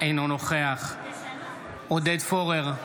אינו נוכח עודד פורר,